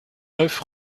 neuf